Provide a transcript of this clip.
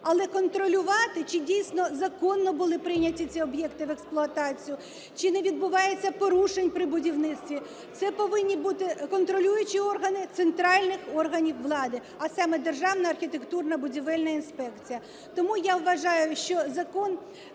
але контролювати чи дійсно законно були прийняті ці об'єкти в експлуатацію, чи не відбувається порушень при будівництві, це повинні бути контролюючі органи центральних органів влади, а саме Державна архітектурно-будівельна інспекція. Тому я вважаю, що закон,